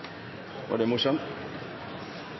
var det